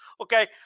okay